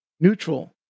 Neutral